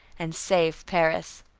and save paris.